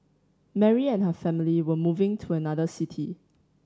Mary and her family were moving to another city